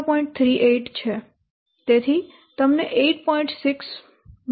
38 છે તેથી જે તમને 8